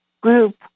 group